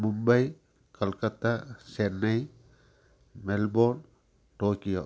Mumbai Calcutta Chennai Melbourne Tokyo